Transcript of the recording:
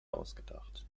ausgedacht